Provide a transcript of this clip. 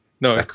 No